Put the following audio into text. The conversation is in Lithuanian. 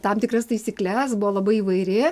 tam tikras taisykles buvo labai įvairi